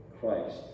Christ